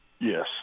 Yes